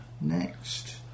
Next